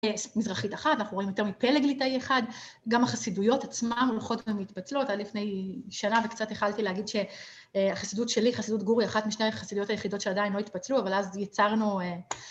‫יש מזרחית אחת, ‫אנחנו רואים יותר מפלג ליטאי אחד. ‫גם החסידויות עצמה, ‫הולכות והן מתפצלות. ‫עד לפני שנה וקצת החלתי להגיד ‫שהחסידות שלי, חסידות גורי, ‫אחת משני החסידויות היחידות ‫שעדיין לא התפצלו, ‫אבל אז יצרנו...